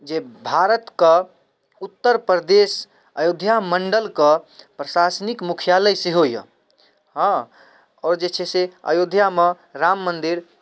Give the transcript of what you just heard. जे भारतके उत्तर प्रदेश अयोध्या मण्डलके प्रशाशनिक मुख्यालय सेहो यऽ हँ आओर जे छै से अयोध्यामे राम मन्दिर